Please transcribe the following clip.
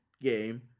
game